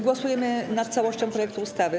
Głosujemy nad całością projektu ustawy.